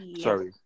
Sorry